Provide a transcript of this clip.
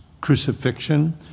crucifixion